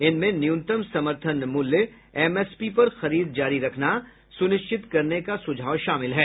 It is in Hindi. इनमें न्यूनतम समर्थन मूल्य एमएसपी पर खरीद जारी रखना सुनिश्चित करने का सुझाव शामिल है